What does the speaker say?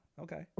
Okay